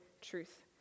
Truth